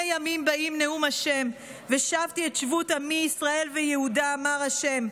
ימים באים נאם ה' ושבתי את שבות עמי ישראל ויהודה אמר ה'